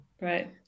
right